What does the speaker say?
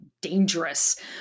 dangerous